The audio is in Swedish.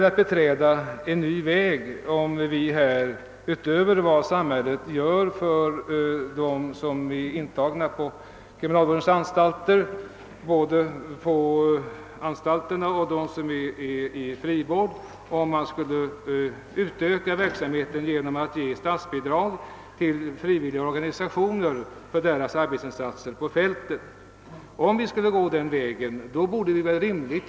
Att nu utöver vad samhället gör för dem som är intagna på kriminalvårdsanstalter och omhändertagna inom frivården ge statsbidrag till frivilliga organisationer för arbetsinsatser på detta fält skulle innebära, att vi beträder en ny väg.